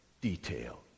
detail